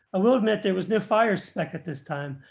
will admit there was no fire spec. at this time,